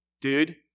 Dude